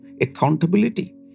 accountability